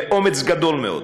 באומץ גדול מאוד.